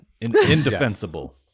Indefensible